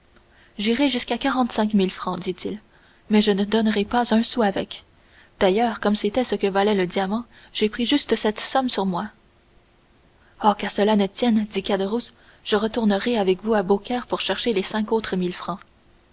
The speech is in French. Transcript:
j'irai jusqu'à quarante-cinq mille francs dit-il mais je ne donnerai pas un sou avec d'ailleurs comme c'était ce que valait le diamant j'ai pris juste cette somme sur moi oh qu'à cela ne tienne dit caderousse je retournerai avec vous à beaucaire pour chercher les cinq autres mille francs